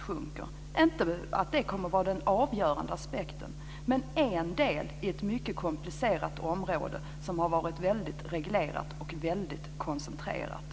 sjunker. Det kommer inte att vara den avgörande aspekten, men det är en del av ett mycket komplicerat område som har varit väldigt reglerat och väldigt koncentrerat.